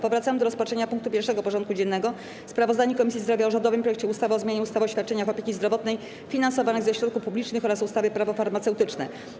Powracamy do rozpatrzenia punktu 1. porządku dziennego: Sprawozdanie Komisji Zdrowia o rządowym projekcie ustawy o zmianie ustawy o świadczeniach opieki zdrowotnej finansowanych ze środków publicznych oraz ustawy - Prawo farmaceutyczne.